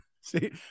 See